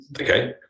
Okay